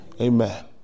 Amen